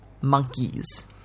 monkeys